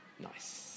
nice